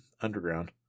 underground